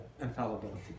infallibility